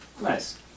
Nice